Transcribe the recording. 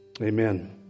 Amen